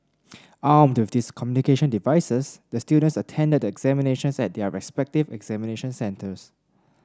armed with these communication devices the students attended the examinations at their respective examination centres